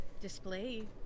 display